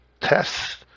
tests